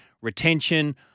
retention